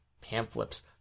Pamphlets